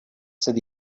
said